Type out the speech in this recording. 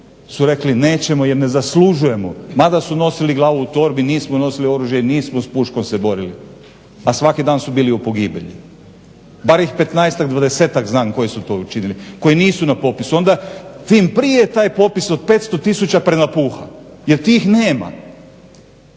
su rekli nećemo jer ne zaslužujemo mada su nosili glavu u torbi. Nismo nosili oružje i nismo s puškom se borili, a svaki dan su bili u pogibelji. Bar ih 15-ak, 20-ak znam koji su to učinili. Koji nisu na popisu. Onda tim prije je taj popis od 500 tisuća prenapuhan jer tih nema,